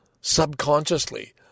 subconsciously